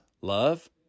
Love